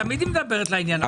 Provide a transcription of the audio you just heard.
תמיד היא מדברת לעניין.